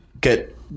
get